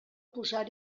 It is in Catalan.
posar